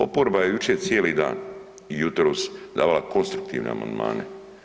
Oporba je jučer cijeli dan i jutros davala konstruktivne amandmane.